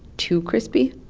too crispy.